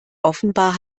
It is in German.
offenbar